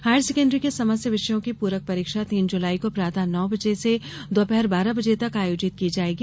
higher secondary के समस्त विषयों की प्रक परीक्षा तीन जुलाई को प्रातः नौ से दोपहर बारह बजे तक आयोजित की जायेंगी